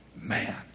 man